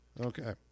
okay